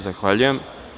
Zahvaljujem.